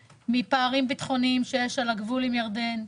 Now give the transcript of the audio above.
מפערים ביטחוניים שיש על הגבול עם ירדן,